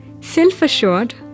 self-assured